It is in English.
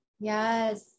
yes